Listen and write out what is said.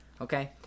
Okay